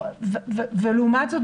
לעומת זאת,